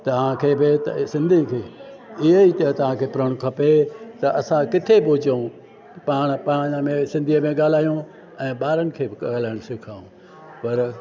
तव्हांखे बि त सिंधियुनि खे इहे ई तव्हांखे प्रण खपे त असां किथे पहुचऊं पा पाण सिंधीअ में ॻाल्हायूं ऐं ॿारनि खे बि ॻाल्हाइणु सेखारियूं पर